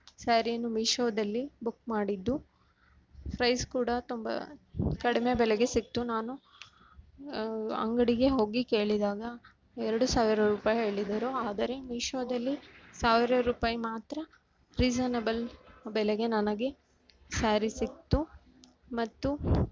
ಸ್ಯಾರಿನು ಮೀಶೋದಲ್ಲಿ ಬುಕ್ ಮಾಡಿದ್ದು ಫ್ರೈಸ್ ಕೂಡ ತುಂಬ ಕಡಿಮೆ ಬೆಲೆಗೆ ಸಿಕ್ತು ನಾನು ಅಂಗಡಿಗೆ ಹೋಗಿ ಕೇಳಿದಾಗ ಎರಡು ಸಾವಿರ ರೂಪಾಯಿ ಹೇಳಿದರು ಆದರೆ ಮೀಶೋದಲ್ಲಿ ಸಾವಿರ ರೂಪಾಯಿ ಮಾತ್ರ ರೀಸನಬಲ್ ಬೆಲೆಗೆ ನನಗೆ ಸ್ಯಾರಿ ಸಿಕ್ತು ಮತ್ತು